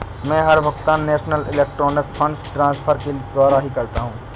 मै हर भुगतान national electronic funds transfer के द्वारा ही करता हूँ